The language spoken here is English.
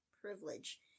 privilege